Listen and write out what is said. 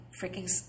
freaking